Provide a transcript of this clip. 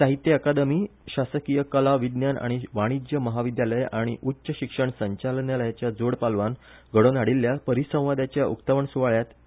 साहित्य अकादमी शासकीय कला विज्ञान आनी वाणिज्य म्हाविद्यालय आनी उच्च शिक्षण संचालनालयाच्या जोडपालवान घडोवन हाडिल्ल्या परिसंवादच्या उक्तावण सुवाळ्यात ॲड